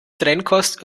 trennkost